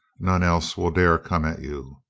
none else will dare come at you.